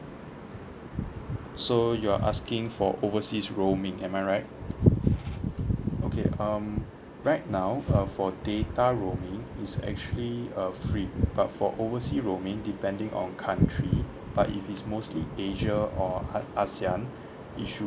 so you are asking for overseas roaming am I right okay um right now uh for data roaming is actually uh free but for oversea roaming depending on country but if it's mostly asia or a~ ASEAN it should